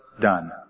done